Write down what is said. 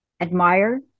admire